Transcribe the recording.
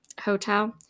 hotel